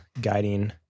guiding